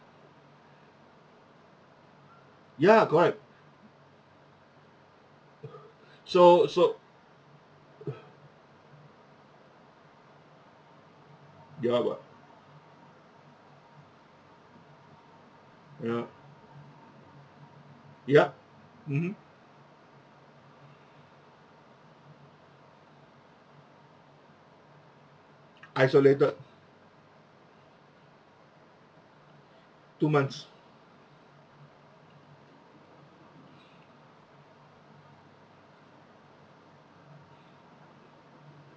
ya correct so so ya [what] ya yup mmhmm isolated two months